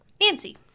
Nancy